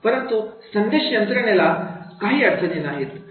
परंतु संदेश यंत्रणा याला काही अडचणी नाहीत